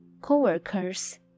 co-workers